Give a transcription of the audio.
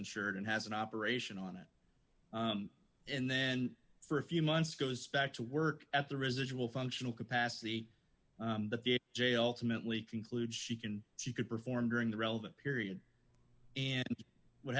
insured and has an operation on it and then for a few months goes back to work at the residual functional capacity but the jail to mentally conclude she can she could perform during the relevant period and what